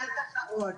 משפט אחרון.